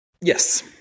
Yes